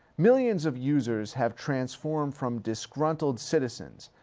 millions of users have transformed from disgruntled citizens,